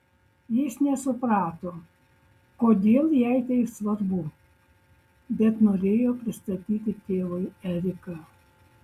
jis nesuprato kodėl jai tai svarbu bet norėjo pristatyti tėvui eriką